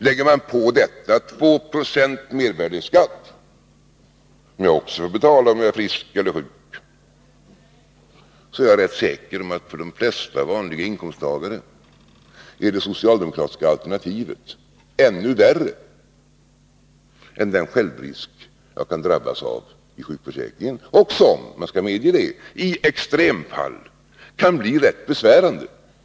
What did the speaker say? Lägger man på detta 2 26 mervärdeskatt, som jag också får betala vare sig jag är frisk eller sjuk, är jag rätt säker på att för de flesta vanliga inkomsttagare är det socialdemokratiska alternativet ännu värre än den självrisk man kan drabbas av i sjukförsäkringen, och som — man skall medge det — i extremfall kan bli rätt besvärande.